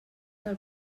del